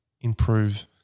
improve